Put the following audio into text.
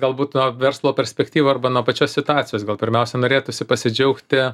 galbūt nuo verslo perspektyvų arba nuo pačios situacijos gal pirmiausia norėtųsi pasidžiaugti